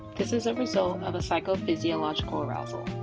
this is a result of a psychophysiological arousal,